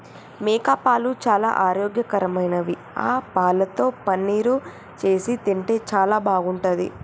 మేకపాలు చాలా ఆరోగ్యకరమైనవి ఆ పాలతో పన్నీరు చేసి తింటే చాలా బాగుంటది